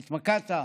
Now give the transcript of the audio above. והתמקדת